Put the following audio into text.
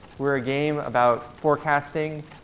we're game about forecasting,